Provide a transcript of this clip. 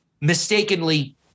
mistakenly